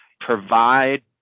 provide